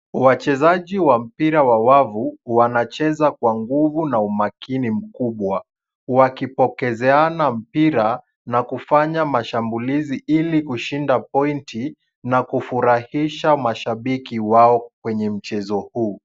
Wachezaji wa mpira wa wavu, wanacheza kwa nguvu na umakini mkubwa, wakipokezeana mpira na kufanya mashambulizi ili kushinda pointi, na kufurahisha mashabiki wao kwenye mchezo huu.